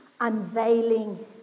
unveiling